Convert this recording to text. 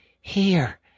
Here